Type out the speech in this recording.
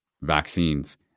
vaccines